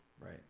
Right